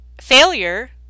failure